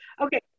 Okay